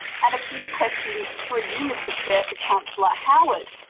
and a few questions through you, mr chair, for councillor howard.